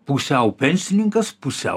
pusiau pensininkas pusiau